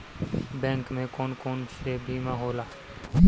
Bank में कौन कौन से बीमा होला?